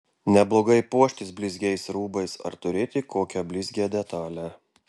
neblogai puoštis blizgiais rūbais ar turėti kokią blizgią detalę